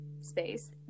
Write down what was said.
space